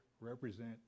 represent